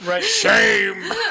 Shame